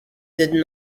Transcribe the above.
did